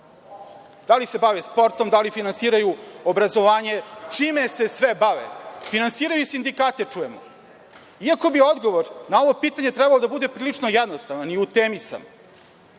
Da li se bave sportom, da li finansiraju obrazovanje, čime se sve bave? Čujemo da finansiraju sindikate. Iako bi odgovor na ovo pitanje trebalo da bude prilično jednostavan, u temi sam,